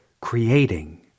creating